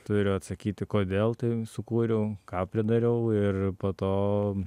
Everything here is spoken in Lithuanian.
turiu atsakyti kodėl tai sukūriau ką pridariau ir po to